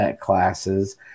classes